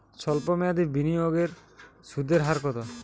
সল্প মেয়াদি বিনিয়োগে সুদের হার কত?